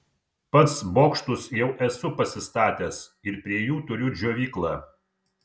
pats bokštus jau esu pasistatęs ir prie jų turiu džiovyklą